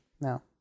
No